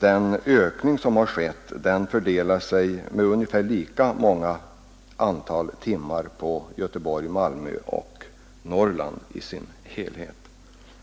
Den ökning som skett fördelar sig med ungefär lika stort antal timmar på Göteborg och Malmö och Norrland i dess helhet.